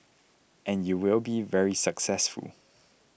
and you will be very successful